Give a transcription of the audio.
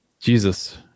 Jesus